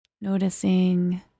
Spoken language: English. Noticing